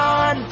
on